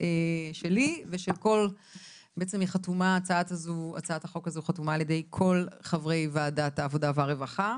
שלי והצעת החוק הזאת חתומה על ידי כל חברי ועדת העבודה והרווחה,